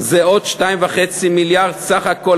זה עוד 2.5 מיליארד, סך הכול